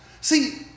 See